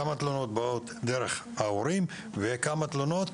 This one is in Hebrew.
כמה תלונות באות דרך ההורים וכמה תלונות